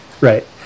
Right